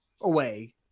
away